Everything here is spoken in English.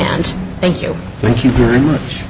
and thank you thank you very much